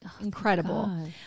Incredible